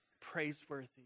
praiseworthy